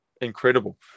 incredible